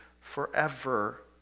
forever